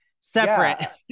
separate